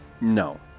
No